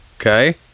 Okay